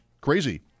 Crazy